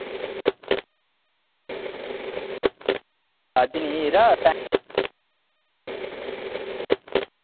अज्ज नेईं यरा